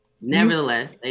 Nevertheless